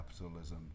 capitalism